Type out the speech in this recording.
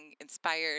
inspired